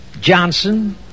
Johnson